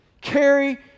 Carry